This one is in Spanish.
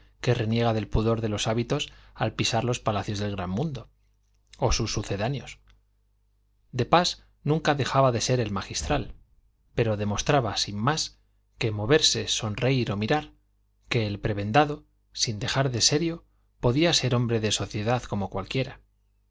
que reniega del pudor de los hábitos al pisar los palacios del gran mundo o sus sucedáneos de pas nunca dejaba de ser el magistral pero demostraba sin más que moverse sonreír o mirar que el prebendado sin dejar de serio podía ser hombre de sociedad como cualquiera